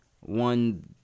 One